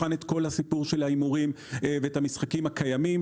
תבחן את כל הסיפור של ההימורים ואת המשחקים הקיימים,